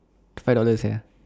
five dollar sia